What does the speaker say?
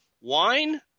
Wine